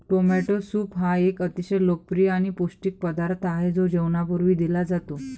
tomato soup हा एक अतिशय लोकप्रिय आणि पौष्टिक पदार्थ आहे जो जेवणापूर्वी दिला जातो